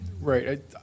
Right